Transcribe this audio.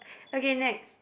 okay next